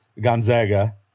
Gonzaga